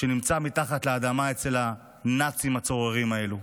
שנמצא מתחת לאדמה אצל הנאצים הצוררים האלה.